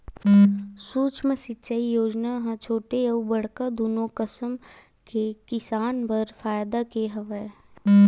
सुक्ष्म सिंचई योजना ह छोटे अउ बड़का दुनो कसम के किसान बर फायदा के हवय